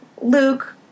Luke